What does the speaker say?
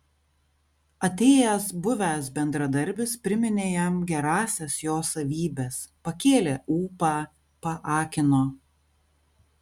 atėjęs buvęs bendradarbis priminė jam gerąsias jo savybes pakėlė ūpą paakino